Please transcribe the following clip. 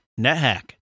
NetHack